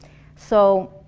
so